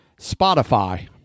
Spotify